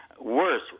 worse